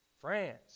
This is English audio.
France